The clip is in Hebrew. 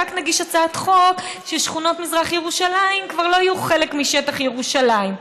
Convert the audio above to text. רק נגיש הצעת חוק ששכונות מזרח ירושלים כבר לא יהיו חלק משטח ירושלים.